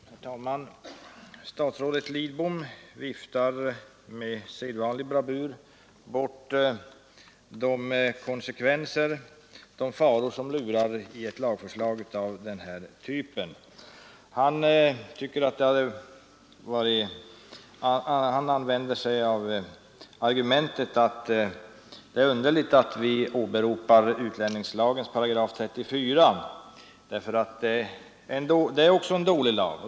Herr talman! Statsrådet Lidbom viftar med sedvanlig bravur bort de faror som lurar i en lag av den här typen. Han använder sig av argumentet att han finner det underligt att vi åberopar utlänningslagens 34 § också därför att det är en dålig lag.